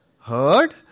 heard